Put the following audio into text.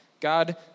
God